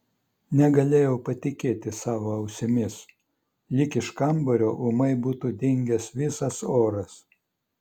negalėjau patikėti savo ausimis lyg iš kambario ūmai būtų dingęs visas oras